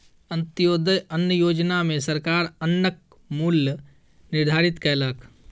अन्त्योदय अन्न योजना में सरकार अन्नक मूल्य निर्धारित कयलक